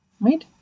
Right